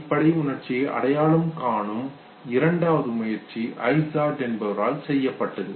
அடிப்படை உணர்ச்சியை அடையாளம் காணும் இரண்டாவது முயற்சி ஐசார்ட் என்பவரால் செய்யப்பட்டது